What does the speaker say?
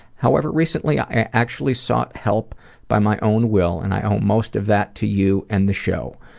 however, recently i actually sought help by my own will and i owe most of that to you and the show.